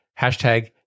Hashtag